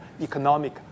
economic